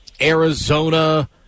Arizona